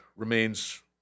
Remains